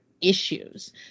issues